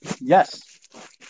Yes